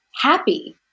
happy